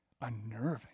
unnerving